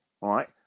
right